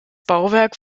bauwerk